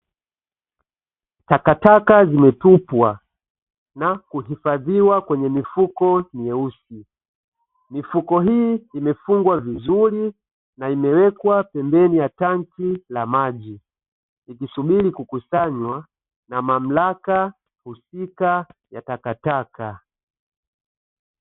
Takataka zimetupwa na kuhifadhiwa kwenye mifuko meusi, mifuko hii imefungwa vizuri na imewekwa pembeni ya tanki la maji, ikisubiri kukusanywa na mamlaka husika ya takataka.